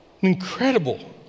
Incredible